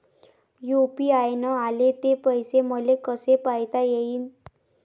UPI न आले ते पैसे मले कसे पायता येईन?